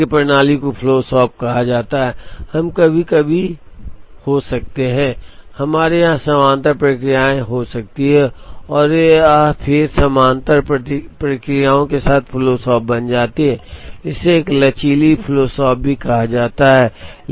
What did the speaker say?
अब इस तरह की प्रणाली को फ्लो शॉप कहा जाता है हम कभी कभी हो सकते हैं हमारे यहां समानांतर प्रक्रियाएं हो सकती हैं और फिर यह समानांतर प्रक्रियाओं के साथ फ्लो शॉप बन जाती है इसे एक लचीली फ्लो शॉप भी कहा जाता है